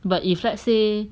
but if let's say